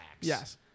Yes